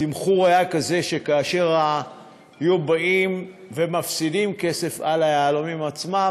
התמחור היה כזה שכאשר היו מפסידים כסף על היהלומים עצמם,